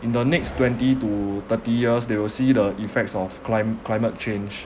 in the next twenty to thirty years they will see the effects of clim~ climate change